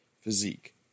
physique